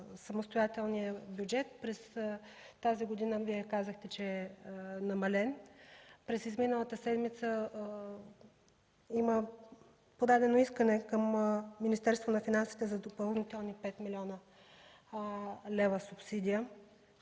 самостоятелния бюджет. Вие казахте, че през тази година е намален. През изминалата седмица има подадено искане към Министерството на финансите за допълнителни 5 млн. лв. субсидия.